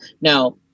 Now